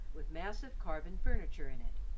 with massive carven furniture in it,